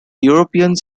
europeans